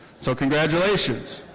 so congratulations.